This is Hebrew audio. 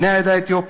בני העדה האתיופית,